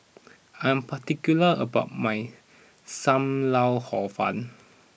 I am particular about my Sam Lau Hor Fun